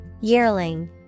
yearling